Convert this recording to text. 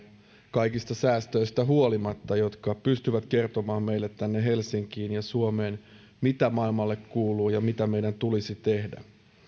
kaikista säästöistä huolimatta jotka pystyvät kertomaan meille tänne helsinkiin ja suomeen mitä maailmalle kuuluu ja mitä meidän tulisi tehdä